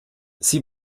sie